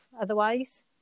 otherwise